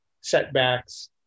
setbacks